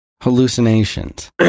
Hallucinations